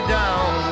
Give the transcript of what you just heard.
down